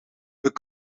wij